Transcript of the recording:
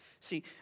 See